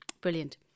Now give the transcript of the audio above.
Brilliant